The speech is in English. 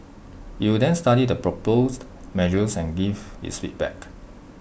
IT will then study the proposed measures and give its feedback